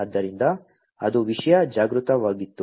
ಆದ್ದರಿಂದ ಅದು ವಿಷಯ ಜಾಗೃತವಾಗಿತ್ತು